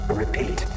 repeat